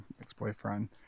ex-boyfriend